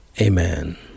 Amen